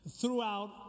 throughout